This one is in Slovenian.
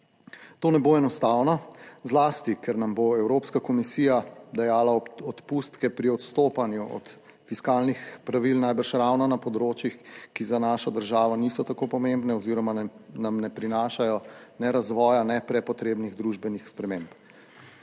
To ne bo enostavno zlasti, ker nam bo Evropska komisija dajala odpustke pri odstopanju od fiskalnih pravil najbrž ravno na področjih, ki za našo državo niso tako pomembne oziroma nam ne prinašajo ne razvoja ne prepotrebnih družbenih sprememb.